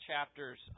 chapters